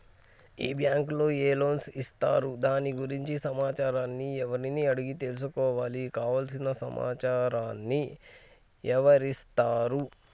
ఈ బ్యాంకులో ఏ లోన్స్ ఇస్తారు దాని గురించి సమాచారాన్ని ఎవరిని అడిగి తెలుసుకోవాలి? కావలసిన సమాచారాన్ని ఎవరిస్తారు?